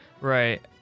Right